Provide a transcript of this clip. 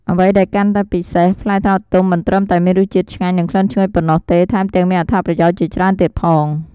អ្វីដែលកាន់តែពិសេស ផ្លែត្នោតទុំ មិនត្រឹមតែមានរសជាតិឆ្ងាញ់ និងក្លិនឈ្ងុយប៉ុណ្ណោះទេ ថែមទាំងមានអត្ថប្រយោជន៍ជាច្រើនទៀតផង។